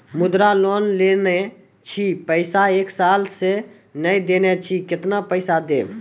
मुद्रा लोन लेने छी पैसा एक साल से ने देने छी केतना पैसा देब?